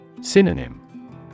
Synonym